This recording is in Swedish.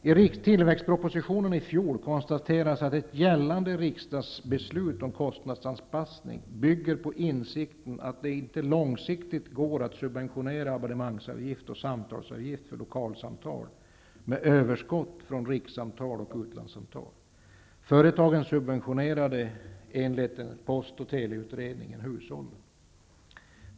I fjolårets tillväxtproposition konstateras det att ett gällande riksdagsbeslut om en kostnadsanpassning bygger på insikten att det inte går att subventionera abonnemangsavgiften och samtalsavgiften för lokalsamtal med överskott från rikssamtal och utlandssamtal. Företagen subventionerade, enligt post och teleutredningen, hushållen.